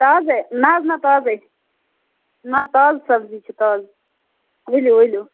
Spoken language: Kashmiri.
تازَے نہَ حظ نہَ تازَے نہَ تازٕ سبزی چھِ تازٕ ؤلِو ؤلِو